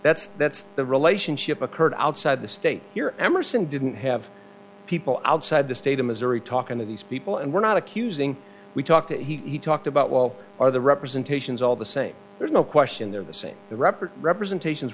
that's that's the relationship occurred outside the state here emerson didn't have people outside the state of missouri talking to these people and we're not accusing we talked and he talked about well are the representations all the same there's no question they're the same the reppert representations